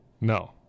No